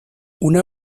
una